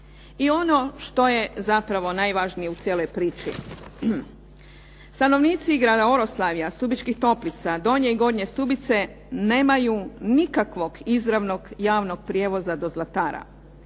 I ono što je zapravo najvažnije u cijeloj priči, stanovnici grada Oroslavlja, Stubičkih toplica, Donje i Gornje Stubice nemaju nikakvog izravnog javnog prijevoza do Zlatara.